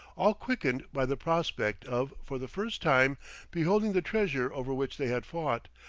all quickened by the prospect of for the first time beholding the treasure over which they had fought,